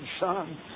son